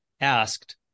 Asked